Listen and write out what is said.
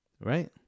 Right